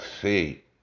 see